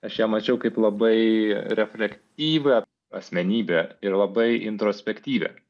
aš ją mačiau kaip labai reflektyvią asmenybę ir labai introspektyvią